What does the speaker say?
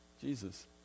Jesus